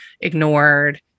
ignored